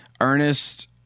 Ernest